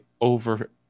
over